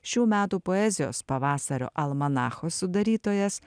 šių metų poezijos pavasario almanacho sudarytojas